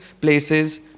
places